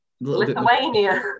Lithuania